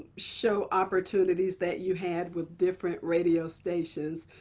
show opportunities that you had with different radio stations.